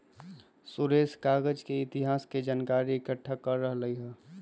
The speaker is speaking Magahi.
सुरेश कागज के इतिहास के जनकारी एकट्ठा कर रहलई ह